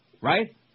Right